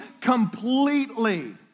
completely